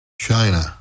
China